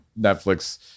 Netflix